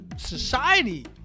society